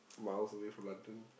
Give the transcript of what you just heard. miles away from London